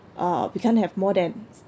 uh we can't have more than